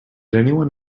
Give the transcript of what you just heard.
anyone